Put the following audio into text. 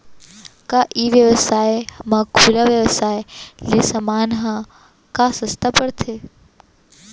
का ई व्यवसाय म खुला व्यवसाय ले समान ह का सस्ता पढ़थे?